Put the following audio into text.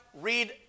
Read